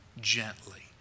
gently